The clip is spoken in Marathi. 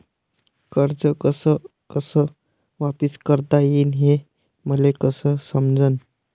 कर्ज कस कस वापिस करता येईन, हे मले कस समजनं?